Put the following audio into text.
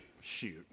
Shoot